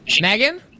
Megan